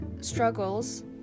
struggles